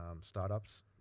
startups